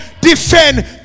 defend